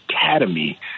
Academy